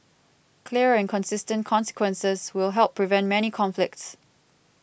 clear and consistent consequences will help prevent many conflicts